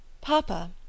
Papa